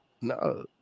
No